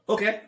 Okay